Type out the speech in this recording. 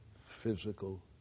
physical